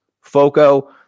Foco